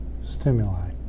stimuli